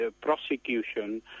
prosecution